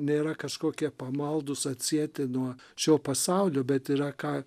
nėra kažkokie pamaldūs atsieti nuo šio pasaulio bet yra ką